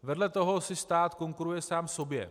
Vedle toho si stát konkuruje sám sobě.